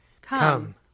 Come